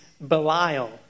Belial